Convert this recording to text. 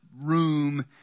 room